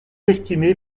estimé